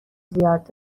زیاد